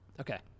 Okay